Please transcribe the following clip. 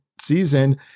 season